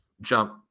jump